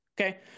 okay